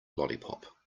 lollipop